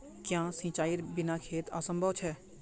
क्याँ सिंचाईर बिना खेत असंभव छै?